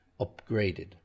upgraded